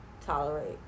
tolerate